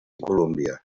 columbia